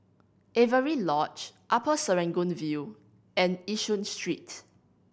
Avery Lodge Upper Serangoon View and Yishun Street